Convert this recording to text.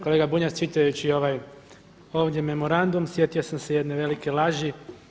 Kolega Bunjac, čitajući ovaj ovdje memorandum sjetio sam se jedne velike laži.